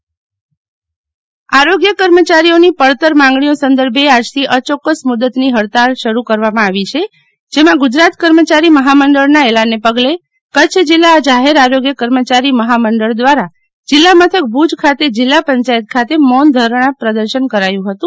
શીતલ વૈશ્નવ કર્મચારીઓ ન આરોગ્ય કર્મચારીઓ પડતર માંગણીઓ સંદર્ભે આજથી અચોક્કસ મુદતની ફડતાલ શરુ કરવામાં આવી છે જેમાં ગુજરાત કર્મચારી મહામંડળ ના એલાનને પગલે કરછ જીલ્લા જાહેર આરોગ્ય કર્મચારી મફામંડળ દ્વારા જીલ્લા મથક ભુજ ખાતે જીલ્લા પંચાયત ખાતે મોંન ધારણા પ્રદશન કરાયું હતું